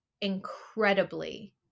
incredibly